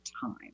time